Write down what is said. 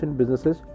businesses